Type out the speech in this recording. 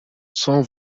cent